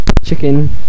chicken